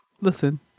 Listen